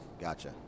Gotcha